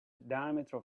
diameter